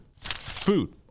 Food